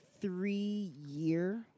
three-year